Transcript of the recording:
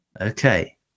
okay